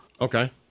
Okay